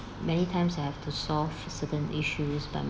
many times I have to solve certain issues by